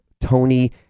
Tony